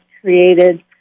created